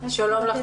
שלום לך,